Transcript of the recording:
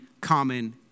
common